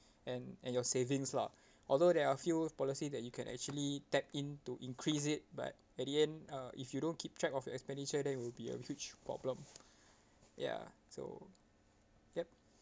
and and your savings lah although there are few policy that you can actually tap in to increase it but at the end uh if you don't keep track of your expenditure that it would be a huge problem ya so yup